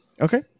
Okay